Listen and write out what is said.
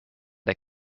been